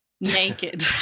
naked